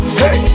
hey